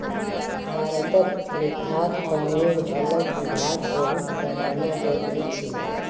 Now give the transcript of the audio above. भारतत लेखांकनेर अलग विभाग बहुत बनाना जरूरी छिले